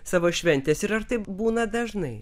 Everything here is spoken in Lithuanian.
savo šventės ir ar taip būna dažnai